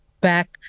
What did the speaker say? back